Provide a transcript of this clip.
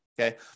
okay